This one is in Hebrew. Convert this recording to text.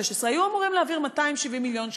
היו אמורים להעביר 270 מיליון שקלים.